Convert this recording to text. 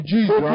Jesus